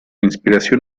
inspiración